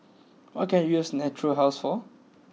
what can I use Natura House for